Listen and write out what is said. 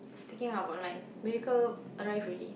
speaking of online miracle arrive already